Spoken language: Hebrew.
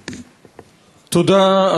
תודה,